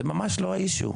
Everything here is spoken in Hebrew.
זה ממש לא האישיו.